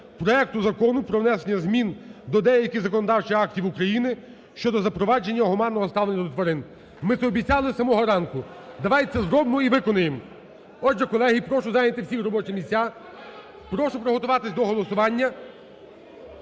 проекту Закону про внесення змін до деяких законодавчих актів України щодо запровадження гуманного ставлення до тварин. Ми це обіцяли з самого ранку. Давайте це зробимо і виконаємо. Отже, колеги, прошу зайняти всіх робочі місця, прошу приготуватись до голосування.